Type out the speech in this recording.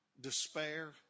despair